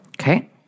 Okay